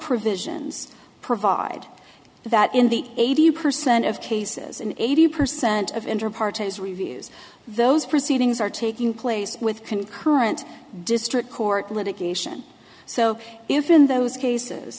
provisions provide that in the eighty percent of cases and eighty percent of intraparty is reviews those proceedings are taking place with concurrent district court litigation so if in those cases